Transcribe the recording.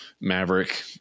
Maverick